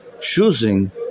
choosing